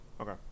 okay